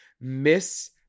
Miss